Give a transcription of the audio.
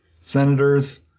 senators